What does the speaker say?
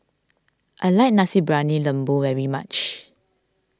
I like Nasi Briyani Lembu very much